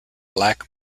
black